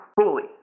fully